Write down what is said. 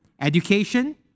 education